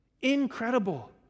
Incredible